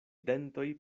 dentoj